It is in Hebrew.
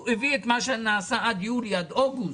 הוא הביא את מה שנעשה עד יולי, עד אוגוסט.